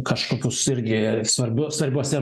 kažkokius irgi svarbu svarbiuose